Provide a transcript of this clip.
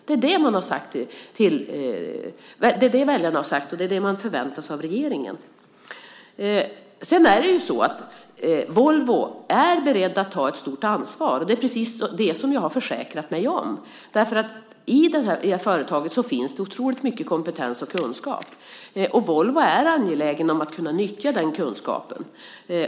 Det är det som väljarna har sagt, och det är det som de förväntar sig av regeringen. Volvo är berett att ta ett stort ansvar. Det är precis det som jag har försäkrat mig om. I detta företag finns det otroligt mycket kompetens och kunskap. Och Volvo är angeläget om att kunna nyttja denna kunskap.